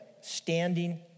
standing